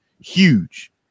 huge